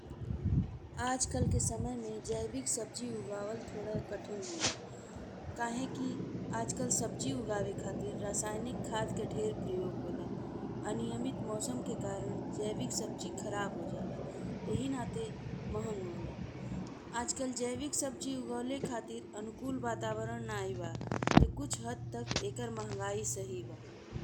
आजकल के समय में जैविक सब्जी उगावल थोड़े कठिन होला। काहे कि अजकल सब्जी उगावे के खातिर रासायनिक खाद के ढेर प्रयोग होला। अनियमित मौसम के कारण जैविक सब्जी खराब हो जाला एहि नाते महंग होला। आजकल जैविक सब्जी उगाउले खातिर अनुकूल वातावरण नाहीं बा ते कुछ हद तक एकर महंगाई सही बा।